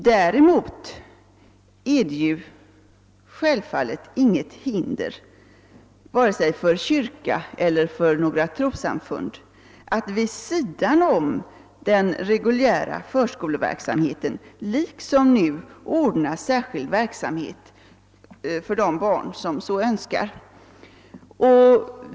Däremot finns det självfallet inga hinder vare sig för kyrkan eller något trossamfund att vid sidan om den reguljära förskoleverksamheten liksom nu ordna särskild verksamhet för de barn som så önskar.